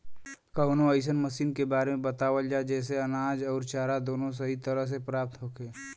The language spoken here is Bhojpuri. कवनो अइसन मशीन के बारे में बतावल जा जेसे अनाज अउर चारा दोनों सही तरह से प्राप्त होखे?